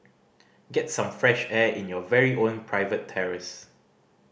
get some fresh air in your very own private terrace